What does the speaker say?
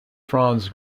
franz